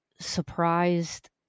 surprised